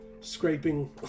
scraping